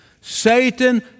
Satan